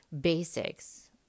basics